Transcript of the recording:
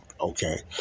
okay